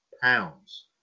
Pounds